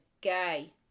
gay